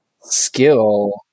skill